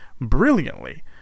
brilliantly